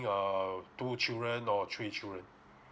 err two children or three children